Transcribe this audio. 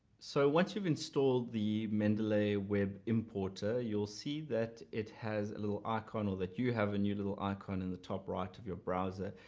so once you've installed the mendeley web importer you'll see that it has a little icon, or that you have a new little icon in the top right of your browser.